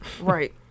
Right